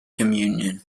communion